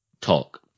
Talk